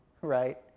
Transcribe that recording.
right